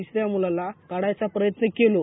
तिसऱ्या मुलाला काढायचा प्रयत्न केलो